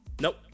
nope